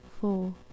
four